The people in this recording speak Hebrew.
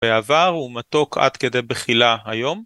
בעבר הוא מתוק עד כדי בחילה היום.